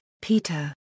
Peter